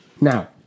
Now